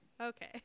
okay